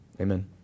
Amen